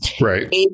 Right